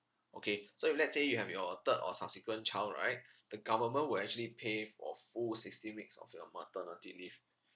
okay so if let's say you have your third or subsequent child right the government will actually pay for full sixteen weeks of your maternity leave